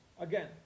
Again